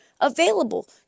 available